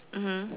mmhmm